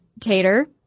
Tater